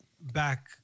back